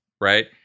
right